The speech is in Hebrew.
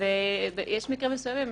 יש מקרים מסוימים,